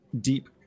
deep